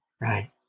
Right